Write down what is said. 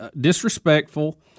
disrespectful